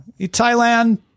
Thailand